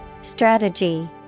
Strategy